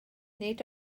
nid